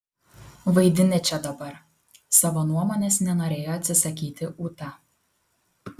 vaidini čia dabar savo nuomonės nenorėjo atsisakyti ūta